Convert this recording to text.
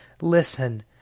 Listen